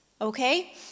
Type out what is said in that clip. okay